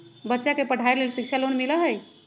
बच्चा के पढ़ाई के लेर शिक्षा लोन मिलहई?